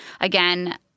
again